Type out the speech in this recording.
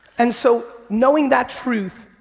and so knowing that truth,